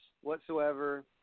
Whatsoever